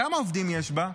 כמה עובדים יש בה?